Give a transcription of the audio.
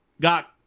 got